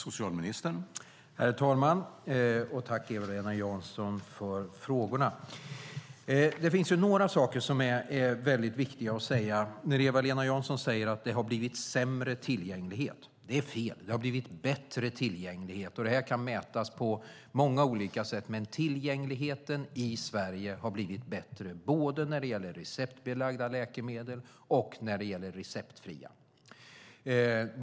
Herr talman! Tack, Eva-Lena Jansson, för frågorna! Det finns några saker som är viktiga att säga. Eva-Lena Jansson säger att det har blivit sämre tillgänglighet. Det är fel. Det har blivit bättre tillgänglighet. Det kan mätas på många olika sätt. Tillgängligheten i Sverige har blivit bättre både när det gäller receptbelagda läkemedel och när det gäller receptfria.